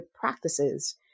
practices